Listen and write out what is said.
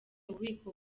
ububiko